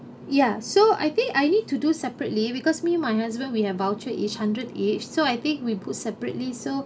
ya so I think I need to do separately because me and my husband we have voucher each hundred each so I think we put separately so